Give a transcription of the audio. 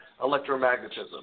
electromagnetism